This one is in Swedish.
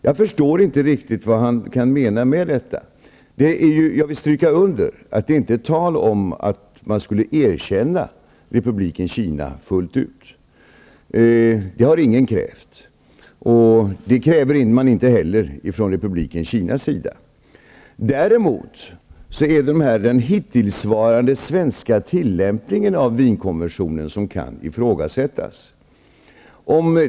Jag förstår inte riktigt vad han kan mena med det. Jag vill understryka att det inte är tal om att man skulle erkänna Republiken Kina fullt ut. Det har ingen krävt, och man kräver det inte heller från Republiken Kinas sida. Däremot är det den hittillsvarande svenska tillämpningen av Wienkonventionen som kan ifrågasättas.